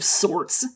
sorts